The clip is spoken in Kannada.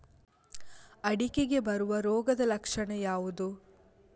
ಅಡಿಕೆಗೆ ಬರುವ ರೋಗದ ಲಕ್ಷಣ ಯಾವುದು?